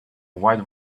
wide